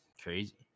Crazy